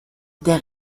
der